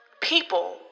People